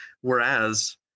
Whereas